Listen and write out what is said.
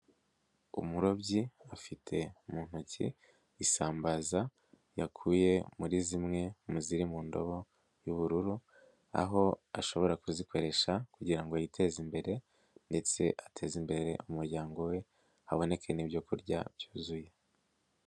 Umurobyi afite mu ntoki isambaza yakuye muri zimwe mu ziri mu ndobo y'ubururu, aho ashobora kuzikoresha kugira ngo yiteze imbere ndetse ateze imbere umuryango we haboneke n'ibyokurya byuzuye.